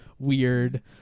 weird